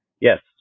Yes